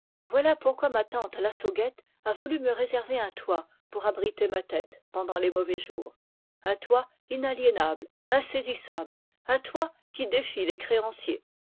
voilà pourquoi ma tante lassauguette a voulu me réserver un toit pour abriter ma tête pendant les mauvais jours un toit inaliénable un toit qui défie les créanciers